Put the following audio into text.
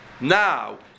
Now